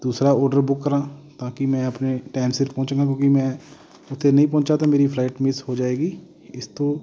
ਦੂਸਰਾ order book ਕਰਾ ਤਾਂ ਕਿ ਮੈਂ ਆਪਣੇ ਟਾਈਮ ਸਿਰ ਪਹੁੰਚਗਾ ਕਿਉਂਕਿ ਮੈਂ ਉੱਥੇ ਨਹੀਂ ਪਹੁੰਚਿਆ ਤਾਂ ਮੇਰੀ ਫਲਾਈਟ ਮਿਸ ਹੋ ਜਾਵੇਗੀ ਇਸ ਤੋਂ